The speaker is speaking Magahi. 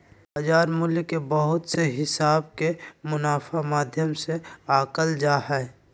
बाजार मूल्य के बहुत से हिसाब के मुनाफा माध्यम से आंकल जा हय